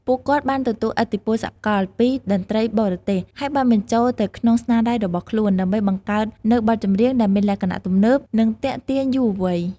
ពួកគាត់បានទទួល ឥទ្ធិពលសកល ពីតន្ត្រីបរទេស ហើយបានបញ្ចូលទៅក្នុងស្នាដៃរបស់ខ្លួន ដើម្បីបង្កើតនូវបទចម្រៀងដែលមានលក្ខណៈទំនើប និងទាក់ទាញយុវវ័យ។